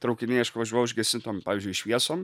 traukiniai aišku važiuoja užgesintom pavyzdžiui šviesom